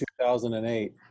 2008